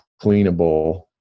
cleanable